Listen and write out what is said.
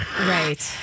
Right